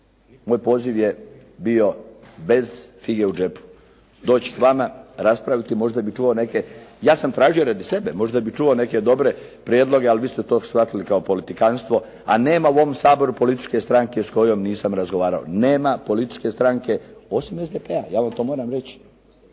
Moj poziv je bio bez fige u džepu, doći k vama, raspraviti, možda bi čuo neke. Ja sam tražio radi sebe. Možda bi čuo neke dobre prijedloge, ali vi ste to shvatili kao politikanstvo, a nema u ovom Saboru političke stranke s kojom nisam razgovarao. Nema političke stranke osim SDP-a. Ja vam to moram reći.